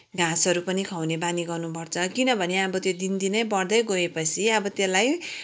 घाँसहरू पनि खुवाउने बानी गर्नुपर्छ किनभने अब त्यो दिनदिनै बढ्दै गएपछि अब त्यसलाई